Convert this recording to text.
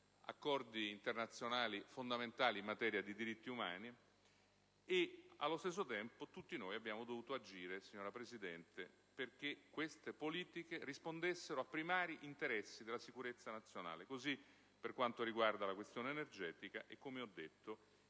accordi internazionali fondamentali in materia di diritti umani. Al contempo, tutti noi abbiamo dovuto agire, signora Presidente, perché queste politiche rispondessero a primari interessi della sicurezza nazionale. E' così per quanto riguarda la questione energetica e le aziende